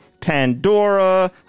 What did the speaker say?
Pandora